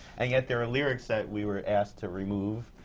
and yet, there are lyrics that we were asked to remove,